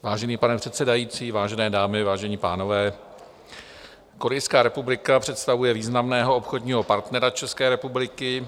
Vážený pane předsedající, vážené dámy, vážení pánové, Korejská republika představuje významného obchodního partnera České republiky.